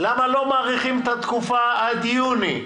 למה לא מאריכים את התקופה עד יוני?